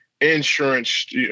insurance